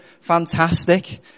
Fantastic